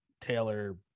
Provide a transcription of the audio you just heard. Taylor